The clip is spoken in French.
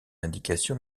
indication